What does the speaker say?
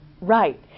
Right